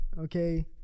Okay